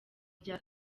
rya